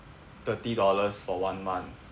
thirty dollars for one month